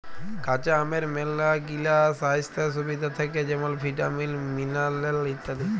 কাঁচা আমের ম্যালাগিলা স্বাইস্থ্য সুবিধা থ্যাকে যেমল ভিটামিল, মিলারেল ইত্যাদি